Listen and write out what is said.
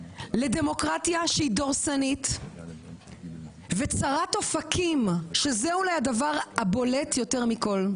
לדמוקרטיה שהיא דורסנית וצרת אופקים שזה אולי הדבר הבולט יותר מכל.